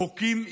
חוקים אישיים.